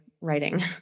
writing